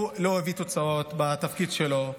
הוא לא הביא תוצאות בתפקיד שלו.